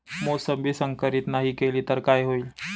मोसंबी संकरित नाही केली तर काय होईल?